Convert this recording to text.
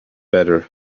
better